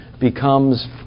becomes